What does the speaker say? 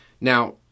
Now